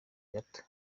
gato